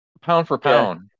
pound-for-pound